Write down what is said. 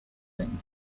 thing